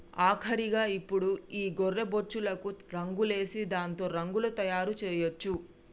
ఆఖరిగా ఇప్పుడు ఈ గొర్రె బొచ్చులకు రంగులేసి దాంతో రగ్గులు తయారు చేయొచ్చు